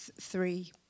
three